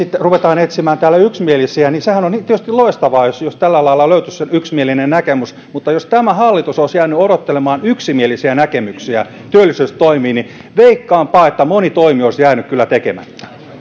rupeamme etsimään täällä yksimielisyyttä sehän on tietysti loistavaa jos jos tällä lailla löytyisi se yksimielinen näkemys mutta jos tämä hallitus olisi jäänyt odottelemaan yksimielisiä näkemyksiä työllisyystoimiin niin veikkaanpa että moni toimi olisi jäänyt kyllä tekemättä